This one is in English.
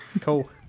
Cool